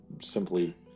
simply